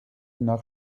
nach